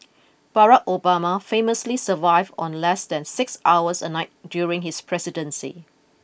Barack Obama famously survived on less than six hours a night during his presidency